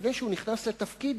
לפני שהוא נכנס לתפקיד,